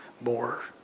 more